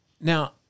Now